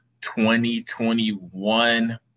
2021